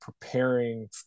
preparing